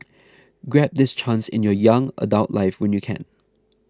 grab this chance in your young adult life when you can